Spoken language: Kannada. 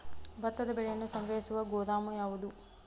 ಭತ್ತದ ಬೆಳೆಯನ್ನು ಸಂಗ್ರಹಿಸುವ ಗೋದಾಮು ಯಾವದು?